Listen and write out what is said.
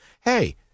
Hey